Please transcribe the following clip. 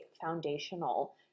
foundational